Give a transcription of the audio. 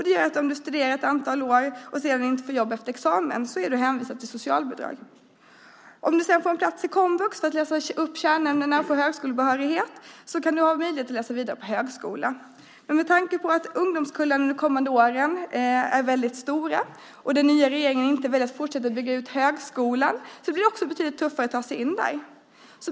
Det gör att om du studerar ett antal år och sedan inte får jobb efter examen är du hänvisad till socialbidrag. Om du får en plats i komvux för att läsa upp kärnämnena och få högskolebehörighet kan du ha möjlighet att läsa vidare på högskola, men med tanke på att ungdomskullarna de kommande åren är väldigt stora och den nya regeringen väljer att inte fortsätta att bygga ut högskolan blir det också betydligt tuffare att ta sig in där.